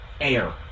air